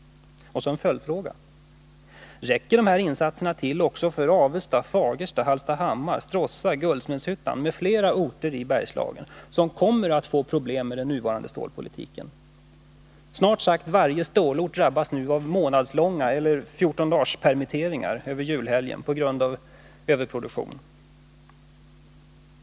Och så en följdfråga: Räcker de här insatserna till också för Avesta, Fagersta, Hallstahammar, Stråssa, Guldsmedshyttan m.fl. orter i Bergslagen som kommer att få problem med den nuvarande stålpolitiken? Snart sagt varje stålort drabbas nu av månadslånga permitteringar eller fjortondagarspermitteringar över julhelgen på grund av överproduktion.